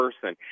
person